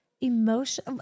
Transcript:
emotion